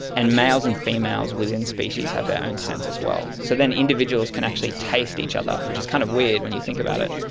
and males and females within species have their own scents as well. so then individuals can actually taste each other, which is kind of weird when you think about it.